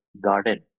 garden